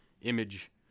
image